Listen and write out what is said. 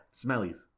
Smellies